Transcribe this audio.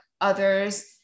others